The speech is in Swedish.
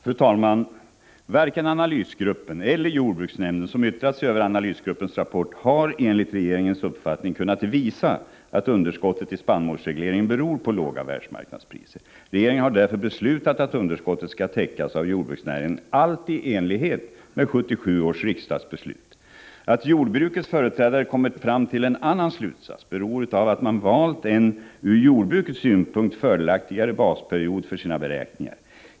Fru talman! Varken analysgruppen eller jordbruksnämnden, som har yttrat sig över analysgruppens rapport, har enligt regeringens uppfattning kunnat visa att underskottet i spannmålsregleringen beror på låga världsmarknadspriser. Regeringen har därför beslutat att underskottet skall täckas av jordbruksnäringen, helt i enlighet med 1977 års riksdagsbeslut. Att jordbrukets företrädare kommit fram till en annan slutsats beror på att de valt en ur jordbrukets synpunkt fördelaktigare basperiod för sina beräkningar.